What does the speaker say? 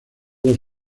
dos